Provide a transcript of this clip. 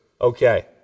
Okay